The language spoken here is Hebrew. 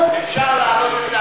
אפשר להעלות את העגלה פתוחה.